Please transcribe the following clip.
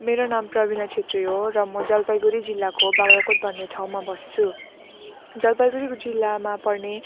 मेरो नाम प्रविना छेत्री हो र म जलपाइगुडी जिल्लाको बाग्राकोट भन्ने ठाउँमा बस्छु जलपाइगुडी जिल्लामा पर्ने